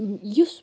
یُس